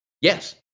Yes